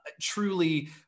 Truly